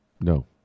No